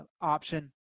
option